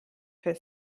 für